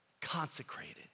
consecrated